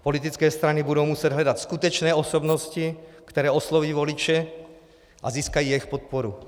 Politické strany budou muset hledat skutečné osobnosti, které osloví voliče a získají jejich podporu.